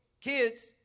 kids